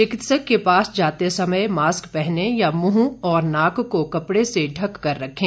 चिकित्सक के पास जाते समय मास्क पहनें या मुंह और नाक को कपड़े से ढककर रखें